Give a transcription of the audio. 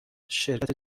شرکت